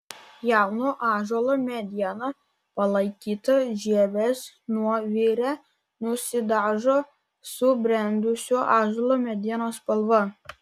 jauno ąžuolo mediena palaikyta žievės nuovire nusidažo subrendusio ąžuolo medienos spalva